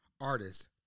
artist